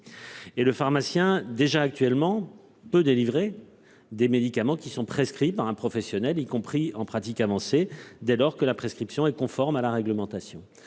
et le pharmacien déjà actuellement peut délivrer des médicaments qui sont prescrits par un professionnel, y compris en pratique avancée dès lors que la prescription est conforme à la réglementation.